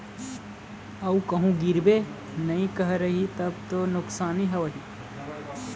अऊ कहूँ गिरबे नइ करही तब तो नुकसानी हवय ही